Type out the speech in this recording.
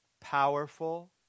powerful